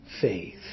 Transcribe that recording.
faith